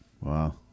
Wow